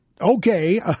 Okay